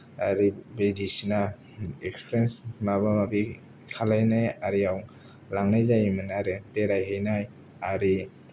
आरो बायदिसिना एक्सपिरियेन्स माबा माबि खालामनाय आरियाव लांनाय जायोमोन आरो बेरायहैनाय आरि